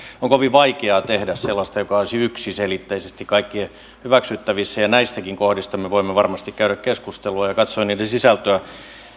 on kovin vaikeaa tehdä sellaista mikä olisi yksiselitteisesti kaikkien hyväksyttävissä ja näistäkin kohdista me voimme varmasti käydä keskustelua ja katsoa niiden sisältöä